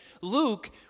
Luke